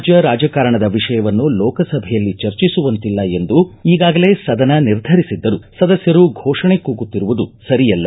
ರಾಜ್ಯ ರಾಜಕಾರಣದ ವಿಷಯವನ್ನು ಲೋಕಸಭೆಯಲ್ಲಿ ಚರ್ಚಿಸುವಂತಿಲ್ಲ ಎಂದು ಈಗಾಗಲೇ ಸದನ ನಿರ್ಧರಿಸಿದ್ದರೂ ಸದಸ್ಕರು ಫೋಷಣೆ ಕೂಗುತ್ತಿರುವುದು ಸರಿಯಲ್ಲ